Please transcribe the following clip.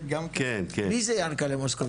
מי זה יענקל'ה מוסקוביץ?